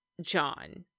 John